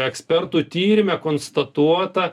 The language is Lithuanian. ekspertų tyrime konstatuota